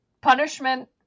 punishment